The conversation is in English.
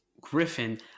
Griffin